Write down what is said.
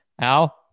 al